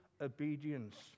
obedience